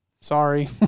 sorry